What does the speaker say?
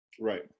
Right